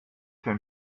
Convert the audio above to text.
den